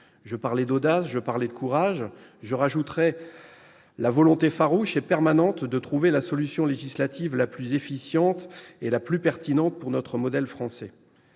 Je parle d'audace, je parle de courage ; j'y ajouterai la volonté farouche et permanente de trouver la solution législative la plus efficiente et la plus pertinente pour notre modèle français.